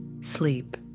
Sleep